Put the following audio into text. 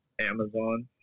Amazon